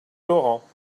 laurent